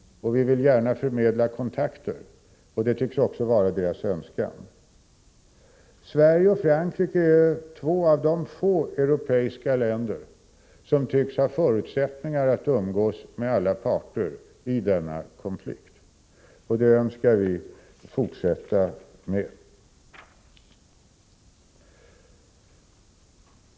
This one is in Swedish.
Vi vill gärna förmedla kontakter, vilket också tycks vara deras önskan. Sverige och Frankrike är de två europeiska stater som tycks ha förutsättningar att umgås med alla parter i denna konflikt. Det vill vi kunna fortsätta med.